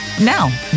Now